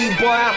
boy